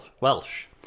Welsh